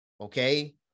okay